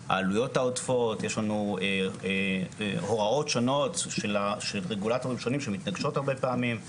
יש לנו הוראות שונות של רגולטורים שונים שמתנגשות הרבה פעמים,